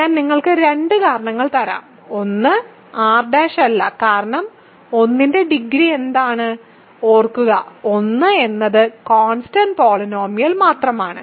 ഞാൻ നിങ്ങൾക്ക് രണ്ട് കാരണങ്ങൾ തരാം ഒന്ന് R' അല്ല കാരണം 1 ന്റെ ഡിഗ്രി എന്താണ് ഓർക്കുക 1 എന്നത് കോൺസ്റ്റന്റ് പോളിനോമിയൽ മാത്രമാണ്